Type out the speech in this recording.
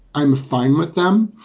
i'm fine with them.